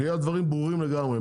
שיהיו הדברים ברורים לגמרי.